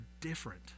different